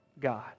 God